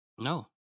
No